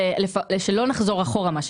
שלא נחזור אחורה.